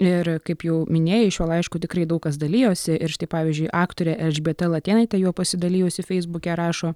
ir kaip jau minėjai šiuo laišku tikrai daug kas dalijosi ir štai pavyzdžiui aktorė elžbieta latėnaitė juo pasidalijusi feisbuke rašo